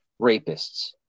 rapists